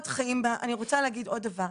אני רוצה להגיד עוד דבר.